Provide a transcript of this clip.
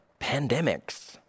pandemics